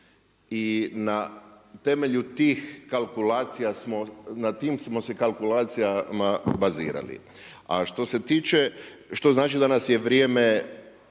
I na temelju tih kalkulacija smo se, na tim smo se kalkulacijama bazirali, što znači da nas je vrijeme